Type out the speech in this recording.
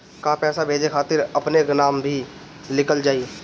का पैसा भेजे खातिर अपने नाम भी लिकल जाइ?